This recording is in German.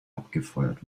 abgefeuert